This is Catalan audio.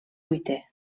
vuitè